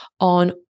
on